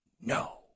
No